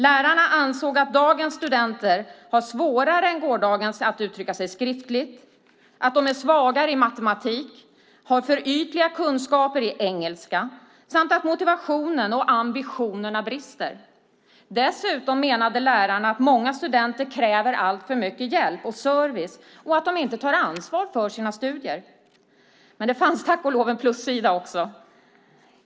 Lärarna ansåg att dagens studenter har svårare än gårdagens att uttrycka sig skriftligt, att de är svagare i matematik, har för ytliga kunskaper i engelska samt att motivationen och ambitionerna brister. Dessutom menade lärarna att många studenter kräver alltför mycket hjälp och service och inte tar ansvar för sina studier. Men det fanns tack och lov en plussida också.